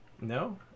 No